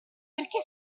perché